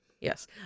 yes